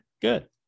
good